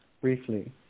briefly